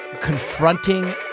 confronting